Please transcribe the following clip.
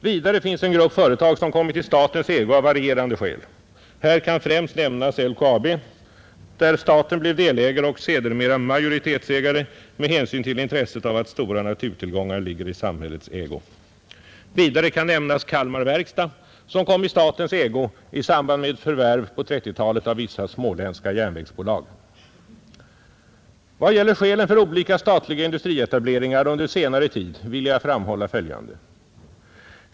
Vidare finns en grupp företag som kommit i statens ägo av varierande skäl. Här kan främst nämnas LKAB där staten blev delägare och sedermera majoritetsägare med hänsyn till intresset av att stora naturtillgångar ligger i samhällets ägo. Vidare kan nämnas Kalmar verkstad som kom i statens ägo i samband med förvärv på 1930-talet av vissa småländska järnvägsbolag. Vad gäller skälen för olika statliga industrietableringar under senare tid vill jag framhålla följande.